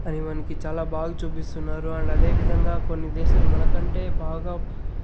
అని మనకి చాలా బాగా చూపిస్తున్నారు అండ్ అదేవిధంగా కొన్ని దేశాలు మనకంటే బాగా